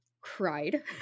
cried